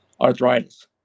Arthritis